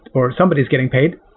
or somebody's getting paid.